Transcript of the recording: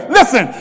Listen